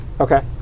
Okay